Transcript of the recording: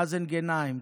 מאזן גנאים,